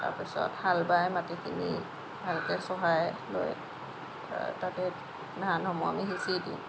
তাৰ পিছত হাল বাই মাটিখিনি ভালকৈ চহাই লৈ তাতে ধানসমূহ আমি সিঁচি দিওঁ